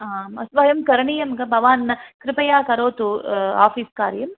आम् अस् वयं करणीयं भवान् कृपया करोतु आफ़ीस् कार्यं